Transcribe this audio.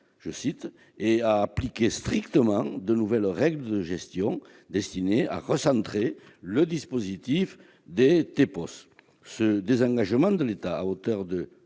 » et à « appliquer strictement » de nouvelles règles de gestion « destinées à recentrer le dispositif » des TEPCV. Ce désengagement de l'État, à hauteur de